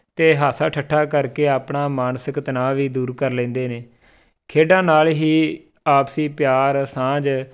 ਅਤੇ ਹਾਸਾ ਠੱਠਾ ਕਰਕੇ ਆਪਣਾ ਮਾਨਸਿਕ ਤਣਾਅ ਵੀ ਦੂਰ ਕਰ ਲੈਂਦੇ ਨੇ ਖੇਡਾਂ ਨਾਲ ਹੀ ਆਪਸੀ ਪਿਆਰ ਸਾਂਝ